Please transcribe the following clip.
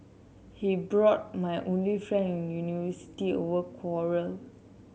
he brought my only friend in university our quarrel